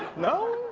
no